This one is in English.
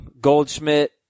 Goldschmidt